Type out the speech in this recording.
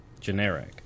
generic